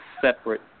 separate